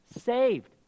saved